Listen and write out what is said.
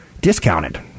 discounted